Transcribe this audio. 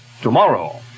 tomorrow